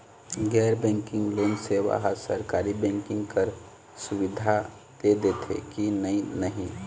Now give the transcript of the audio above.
गैर banking loan सेवा हा सरकारी बैंकिंग कस सुविधा दे देथे कि नई नहीं?